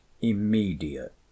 immediate